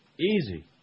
Easy